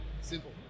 simple